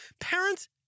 Parents